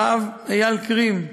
הרב אייל קרים,